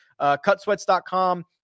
Cutsweats.com